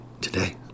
today